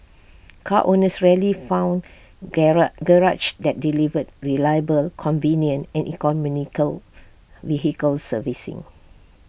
car owners rarely found garages that delivered reliable convenient and economical vehicle servicing